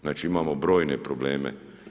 Znači, imamo brojne probleme.